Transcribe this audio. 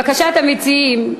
לבקשת המציעים,